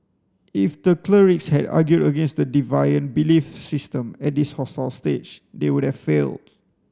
if the clerics had argued against the deviant belief system at this hostile stage they would have failed